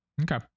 Okay